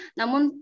namun